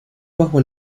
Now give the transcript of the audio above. bajo